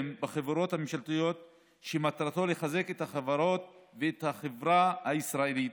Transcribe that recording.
בחברות הממשלתיות שמטרתו לחזק את החברות ואת החברה הישראלית,